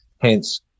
Hence